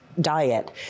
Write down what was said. Diet